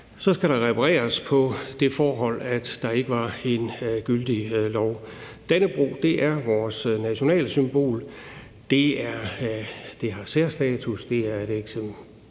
er, skal der repareres på det forhold, at der ikke var en gyldig lov. Dannebrog er vores nationalsymbol. Det har særstatus.